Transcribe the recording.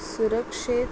सुरक्षेंत